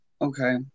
Okay